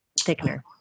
thickener